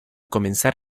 comenzar